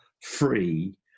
free